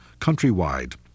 countrywide